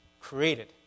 created